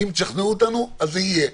אם תשכנעו אותנו, אז זה יהיה.